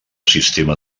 sistema